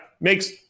Makes